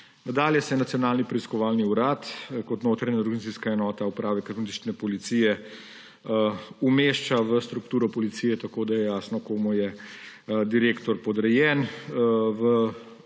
Nadalje se Nacionalni preiskovalni urad kot notranja organizacijska enota Uprave kriminalistične policije umešča v strukturo policije, tako da je jasno, komu je direktor podrejen.